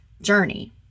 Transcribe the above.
journey